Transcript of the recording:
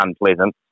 unpleasant